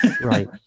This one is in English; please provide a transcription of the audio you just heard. Right